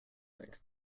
length